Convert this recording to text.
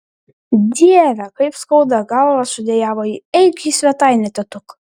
dieve kaip skauda galvą sudejavo ji eik į svetainę tėtuk